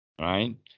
right